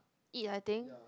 eat I think